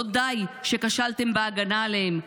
לא די שכשלתם בהגנה עליהם,